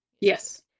Yes